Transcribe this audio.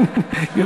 אם כן, רבותי,